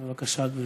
בבקשה, גברתי.